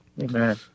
Amen